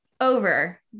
over